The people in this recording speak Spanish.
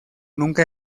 nunca